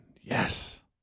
Yes